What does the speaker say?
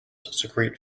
secrete